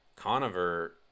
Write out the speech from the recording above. Conover